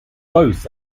both